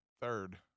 third